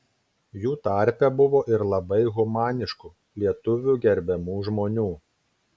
jų tarpe buvo ir labai humaniškų lietuvių gerbiamų žmonių